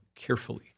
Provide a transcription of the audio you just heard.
carefully